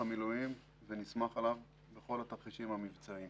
המילואים ונסמך עליו בכל התרחישים המבצעיים.